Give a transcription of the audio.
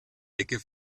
ecke